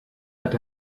hat